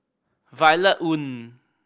Violet Oon